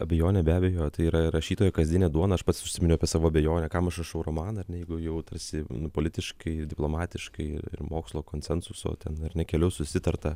abejonė be abejo tai yra rašytojo kasdienė duona aš pats užsiminiau apie savo abejonę kam aš rašau romaną ar ne jeigu jau tarsi nu politiškai diplomatiškai ir mokslo konsensuso ten ar ne keliu susitarta